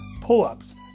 pull-ups